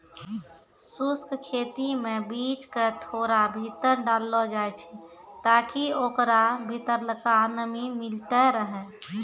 शुष्क खेती मे बीज क थोड़ा भीतर डाललो जाय छै ताकि ओकरा भीतरलका नमी मिलतै रहे